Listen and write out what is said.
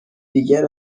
دیگر